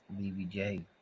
BBJ